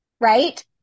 right